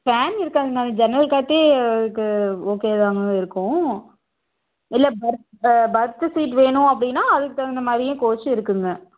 fan இருக்காது ma'am ஜன்னல் காற்றே இதுக்கு ஓகே தான் மேம் இருக்கும் இல்லை பர்த் பர்த்து சீட் வேணும் அப்படின்னா அதுக்கு தகுந்த மாதிரியே கோச்சும் இருக்குதுங்க